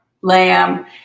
lamb